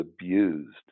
abused